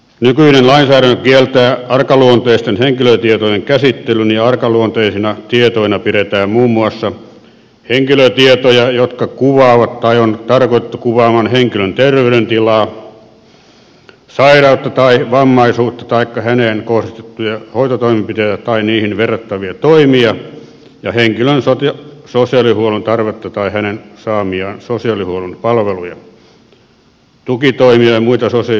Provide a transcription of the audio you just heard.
nykyinen lainsäädäntö kieltää arkaluonteisten henkilötietojen käsittelyn ja arkaluonteisina tietoina pidetään muun muassa henkilötietoja jotka kuvaavat tai on tarkoitettu kuvaamaan henkilön terveydentilaa sairautta tai vammaisuutta taikka häneen kohdistettuja hoitotoimenpiteitä tai niihin verrattavia toimia ja henkilön sosiaalihuollon tarvetta tai hänen saamiaan sosiaalihuollon palveluja tukitoimia ja muita sosiaalihuollon etuuksia